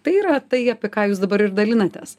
tai yra tai apie ką jūs dabar ir dalinatės